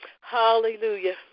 Hallelujah